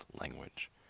language